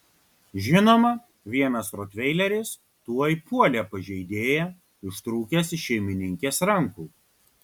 žinoma vienas rotveileris tuoj puolė pažeidėją ištrūkęs iš šeimininkės rankų